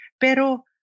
Pero